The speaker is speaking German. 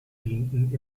dienten